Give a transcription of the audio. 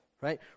right